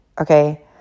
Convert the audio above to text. okay